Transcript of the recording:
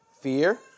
fear